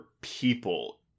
people